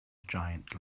giant